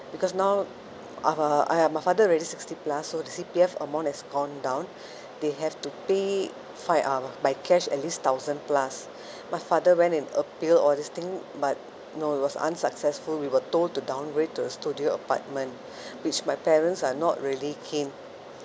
because now uh f~ uh I uh my father already sixty plus so the C_P_F amount has gone down they have to pay fi~ uh by cash at least thousand plus my father went and appeal all this thing but no it was unsuccessful we were told to downgrade to a studio apartment which my parents are not really keen